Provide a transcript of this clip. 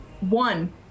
One